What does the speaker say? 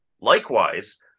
Likewise